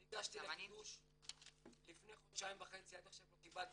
אני הגשתי לחידוש לפני חודשיים וחצי עד עכשיו לא קיבלתי.